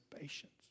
patience